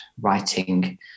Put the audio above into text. writing